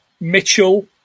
Mitchell